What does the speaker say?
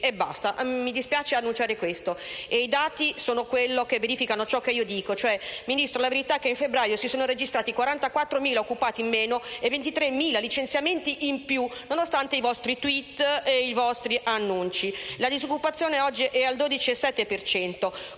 e basta: mi dispiace annunciare questo. I dati confermano ciò che io dico. Ministro, la verità è che in febbraio si sono registrati 44.000 occupati in meno e 23.000 licenziamenti in più, nonostante i vostri *tweet* e annunci. La disoccupazione oggi è al 12,7